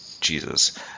Jesus